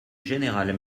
général